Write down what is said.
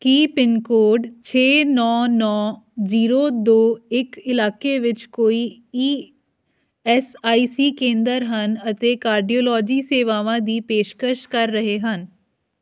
ਕੀ pin code ਛੇ ਨੌਂ ਨੌਂ ਜੀਰੋ ਦੋ ਇੱਕ ਇਲਾਕੇ ਵਿੱਚ ਕੋਈ ਈ ਐੱਸ ਆਈ ਸੀ ਕੇਂਦਰ ਹਨ ਅਤੇ ਕਾਰਡੀਓਲੋਜੀ ਸੇਵਾਵਾਂ ਦੀ ਪੇਸ਼ਕਸ਼ ਕਰ ਰਹੇ ਹਨ